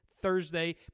Thursday